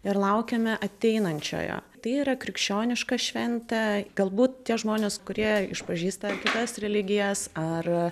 ir laukiame ateinančiojo tai yra krikščioniška šventė galbūt tie žmonės kurie išpažįsta kitas religijas ar